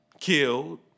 killed